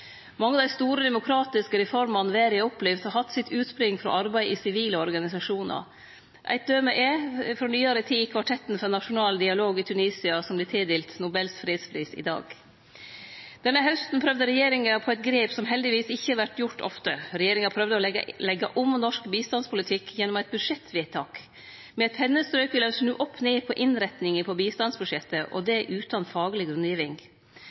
Mange av dei store demokratiske reformene verda har opplevd, har hatt utspring i arbeid i sivile organisasjonar. Eit døme frå nyare tid er Kvartetten for nasjonal dialog i Tunisia, som vert tildelt Nobels fredspris i dag. Denne hausten prøvde regjeringa på eit grep som heldigvis ikkje vert gjort ofte. Regjeringa prøvde å leggje om norsk bistandspolitikk gjennom eit budsjettvedtak. Med eit pennestrøk ville dei snu opp ned på innrettinga av bistandsbudsjettet, og det utan fagleg